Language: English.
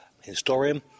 historian